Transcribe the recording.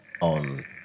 on